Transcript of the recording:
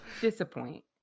Disappoint